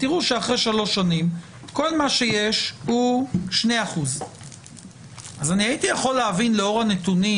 תראו שאחרי שלוש שנים כל מה שיש הוא 2%. הייתי יכול להבין לאור הנתונים,